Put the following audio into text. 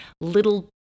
little